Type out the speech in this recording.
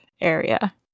area